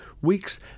weeks